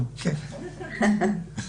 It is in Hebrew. הגבוהות.